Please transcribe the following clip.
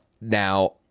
Now